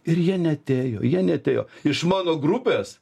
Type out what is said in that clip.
ir jie neatėjo jie neatėjo iš mano grupės